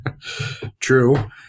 true